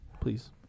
please